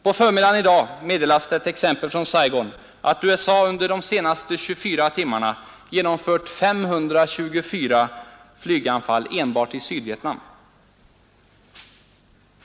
På förmiddagen i dag meddelades t.ex. från Saigon att USA under de senaste 24 timmarna genomfört 524 flyganfall enbart i Sydvietnam — det största antalet bombraider på ett dygn hittills i krigets historia.